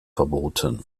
verboten